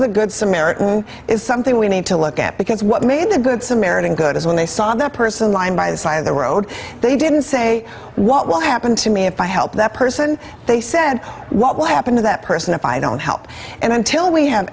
the good samaritan is something we need to look at because what made the good samaritan good is when they saw that person line by the side of the road they didn't say what will happen to me if i help that person they said what will happen to that person if i don't help him until we ha